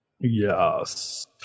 Yes